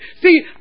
see